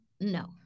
No